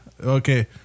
Okay